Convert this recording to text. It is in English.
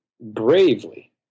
bravely